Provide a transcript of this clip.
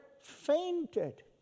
fainted